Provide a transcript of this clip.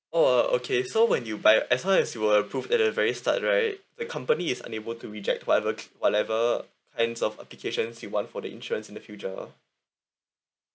oh uh okay so when you buy as long as you were approved at the very start right the company is unable to reject whatever c~ whatever kinds of application you want for the insurance in the future